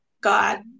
God